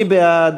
מי בעד?